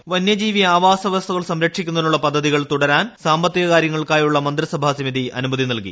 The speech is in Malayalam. പ്രിന്യജീവി ആവാസ വ്യവസ്ഥകൾ സംരക്ഷിക്കുന്നതിരിുള്ള് പദ്ധതികൾ തുടരാൻ സാമ്പത്തിക കാര്യങ്ങൾക്കായുള്ള ്മന്ത്രിസഭാ സമിതി അനുമതി നൽകി